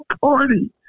Party